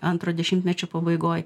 antro dešimtmečio pabaigoj